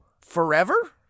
forever